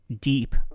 deep